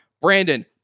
Brandon